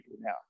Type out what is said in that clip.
now